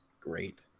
great